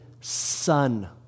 son